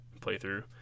playthrough